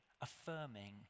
affirming